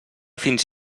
fins